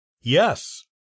Yes